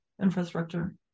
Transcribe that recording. infrastructure